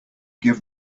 give